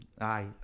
aye